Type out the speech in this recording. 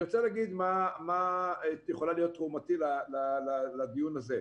אני רוצה להגיד מה יכולה להיות תרומתי לדיון הזה.